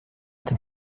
dem